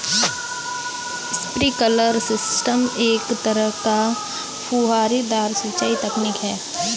sprinkler system एक तरह का फुहारेदार सिंचाई तकनीक है